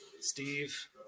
Steve